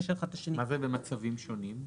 מה זה במצבים שונים?